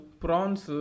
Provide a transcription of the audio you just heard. prawns